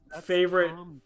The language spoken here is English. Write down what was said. favorite